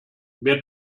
wer